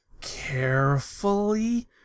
carefully